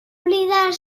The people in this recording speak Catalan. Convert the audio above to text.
oblidar